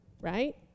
right